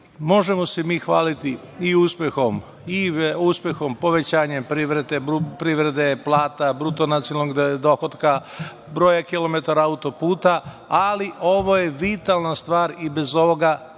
se mi hvaliti i uspehom, povećanjem privrede, plata, bruto nacionalnog dohotka, broja kilometara autoputa, ali ovo je vitalna stvar i bez ovoga